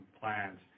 plans